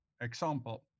example